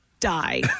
Die